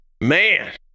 Man